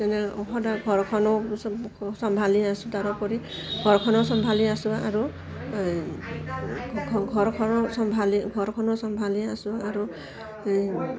যেনে সদায় ঘৰখনো চম্ভালি আছোঁ তাৰোপৰি ঘৰখনো চম্ভালি আছোঁ আৰু ঘ ঘৰখনো চম্ভালি ঘৰখনো চম্ভালি আছোঁ আৰু এই